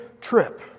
trip